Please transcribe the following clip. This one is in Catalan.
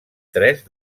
tres